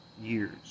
years